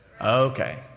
Okay